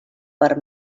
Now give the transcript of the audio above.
per